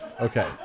Okay